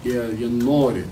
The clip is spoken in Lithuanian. jie jie nori